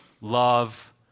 Love